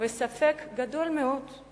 וספק גדול מאוד אם